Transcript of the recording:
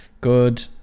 good